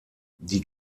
die